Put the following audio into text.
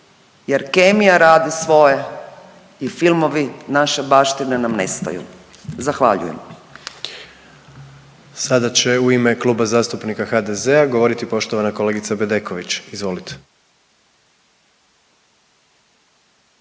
jer kemija radi svoje i filmovi naše baštine nam nestaju. Zahvaljujem. **Jandroković, Gordan (HDZ)** Sada će u ime Kluba zastupnika HDZ-a govoriti poštovana kolegica Bedeković. Izvolite.